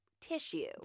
tissue